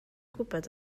gwybod